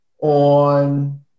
on